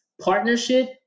partnership